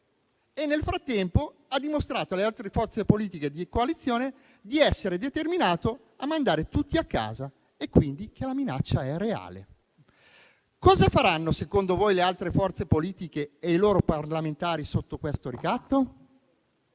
nel frattempo ha dimostrato alle altre forze politiche di coalizione di essere determinato a mandare tutti a casa e quindi che la minaccia è reale. Cosa faranno, secondo voi, le altre forze politiche e i loro parlamentari sotto questo ricatto?